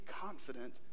confident